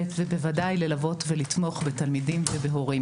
ובוודאי ללוות ולתמוך בתלמידים ובהורים